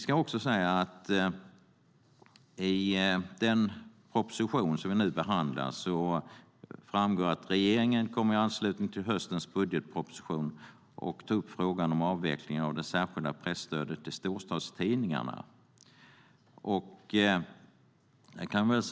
I den proposition vi nu behandlar framgår det att regeringen i anslutning till höstens budgetproposition kommer att ta upp frågan om avveckling av det särskilda presstödet till storstadstidningarna.